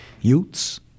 youths